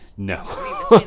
No